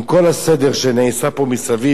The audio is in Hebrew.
עם כל הסדר שנעשה פה מסביב,